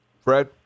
Fred